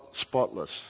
spotless